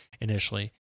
initially